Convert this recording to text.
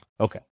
Okay